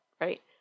right